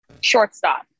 shortstop